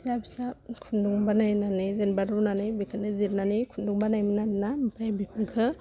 फिसा फिसा खुन्दं बानायनानै जेनबा रुनानै बेखौनो जिरनानै खुन्दं बानायोमोन आरोना आमफ्राय बेफोरखौ